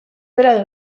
bera